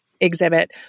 exhibit